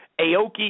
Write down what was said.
Aoki